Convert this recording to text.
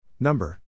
Number